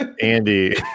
Andy